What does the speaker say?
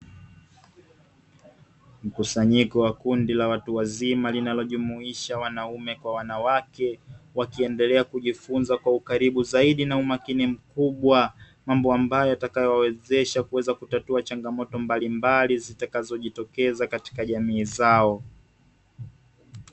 Mkusanyiko wa kundi la watu wazima linalojumuisha wanaume kwa wanawake, wakiendelea kujifunza kwa ukaribu zaidi na umakini mkubwa, mambo ambayo yatakayowawezasha kuweza kutatua changamoto mbali mbali zitakazojitokeza katika jamii zao.